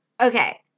Okay